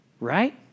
Right